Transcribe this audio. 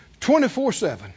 24-7